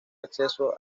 acceso